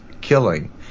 killing